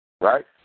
Right